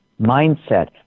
mindset